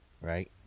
right